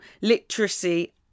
literacy